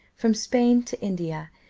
from spain to india,